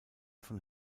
von